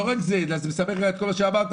לא רק זה אלא זה גם מסבך את כל מה שאמרת.